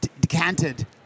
decanted